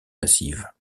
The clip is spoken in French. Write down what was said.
massive